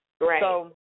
Right